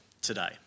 today